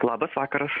labas vakaras